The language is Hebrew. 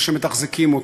אלה שמתחזקים אותם.